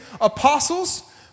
Apostles